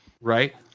Right